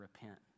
repent